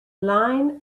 line